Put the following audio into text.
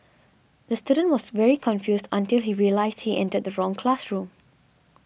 the student was very confused until he realised he entered the wrong classroom